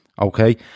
okay